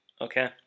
okay